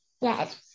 Yes